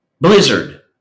blizzard